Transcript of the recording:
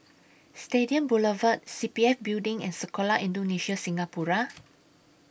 Stadium Boulevard C P F Building and Sekolah Indonesia Singapura